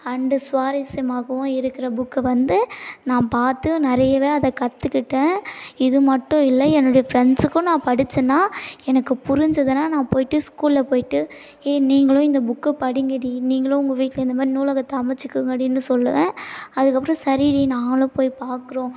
and சுவாரசியமாகவும் இருக்கிற புக்கை வந்து நான் பார்த்து நிறையவே அதை கற்றுக்கிட்டேன் இது மட்டும் இல்லை என்னுடைய ஃப்ரெண்ட்ஸுக்கும் நான் படித்தேன்னா எனக்கு புரிஞ்சதுன்னால் நான் போயிட்டு ஸ்கூலில் போயிட்டு ஏ நீங்களும் இந்த புக்கை படிங்கடி நீங்களும் உங்கள் வீட்டில் இந்த மாதிரி நூலகத்தை அமைச்சுக்கோங்கடின்னு சொல்லுவேன் அதுக்கப்புறோம் சரிடி நாங்களும் போய் பார்க்குறோம்